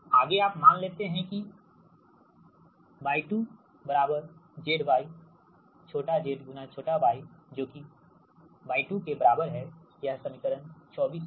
आगे आप मान लेते हैंकि 2zy छोटा z गुना छोटा y जो कि γ2 के बराबर है यह समीकरण 24 सही है